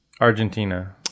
Argentina